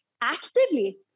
actively